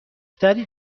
تری